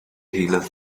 healer